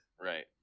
Right